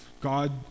God